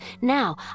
Now